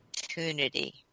opportunity